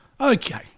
Okay